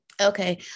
okay